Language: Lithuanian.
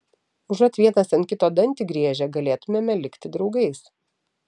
užuot vienas ant kito dantį griežę galėtumėme likti draugais